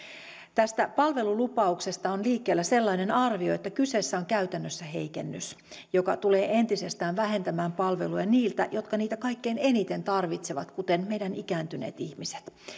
tästä palvelulupauksesta on liikkeellä sellainen arvio että kyseessä on käytännössä heikennys joka tulee entisestään vähentämään palveluja niiltä jotka niitä kaikkein eniten tarvitsevat kuten meidän ikääntyneiltä ihmisiltä